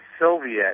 Soviet